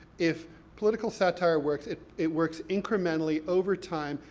if political satire works, it it works incrementally, over time,